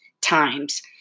times